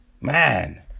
Man